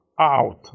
out